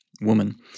woman